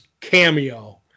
cameo